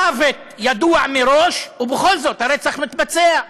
מוות ידוע מראש, ובכל זאת הרצח מתבצע.